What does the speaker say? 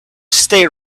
stay